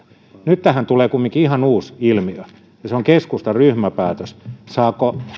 nyt tähän tulee kumminkin ihan uusi ilmiö ja se on keskustan ryhmäpäätös saako